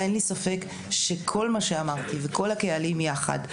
אין לי ספק שכל מה שאמרתי וכל הקהלים יחד,